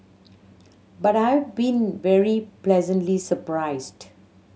but I've been very pleasantly surprised